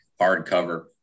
hardcover